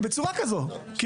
לא להפריע.